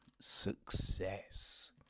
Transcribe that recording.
success